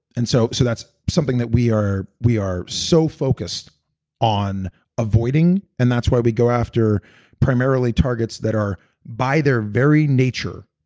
and so so that's something that we are we are so focused on avoiding and that's why we go after primarily targets that are by their very nature,